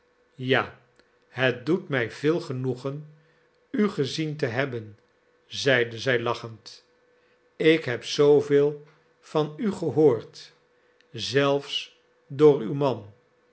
ja het doet mij veel genoegen u gezien te hebben zeide zij lachend ik heb zooveel van u gehoord zelfs door uw man